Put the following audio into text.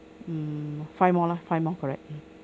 mm five more lah five more correct mm